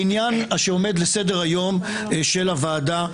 בעניין שעומד לסדר-היום של הוועדה,